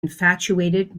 infatuated